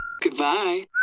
Goodbye